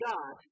God